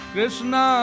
Krishna